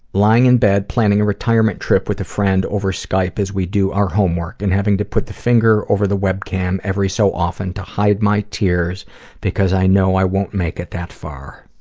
lying in bed, planning a retirement trip with a friend over skype as we do our homework, and having to put the finger over the webcam every so often to hide my tears because i know i won't make it that far.